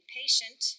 patient